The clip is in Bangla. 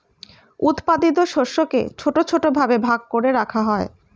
উৎপাদিত শস্যকে ছোট ছোট ভাবে ভাগ করে রাখা হয়